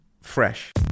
fresh